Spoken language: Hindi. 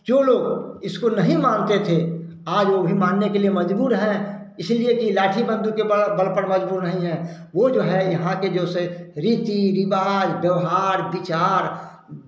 जो लोग इसको नहीं मानते थे आज वही मानने के लिए मजबूर है इसलिए कि लाठी बंदूक के ब बल पर मजबूर नहीं है वह तो है यहाँ के जोसे रीति रिवाज व्यवहार विचार